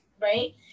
right